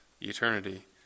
eternity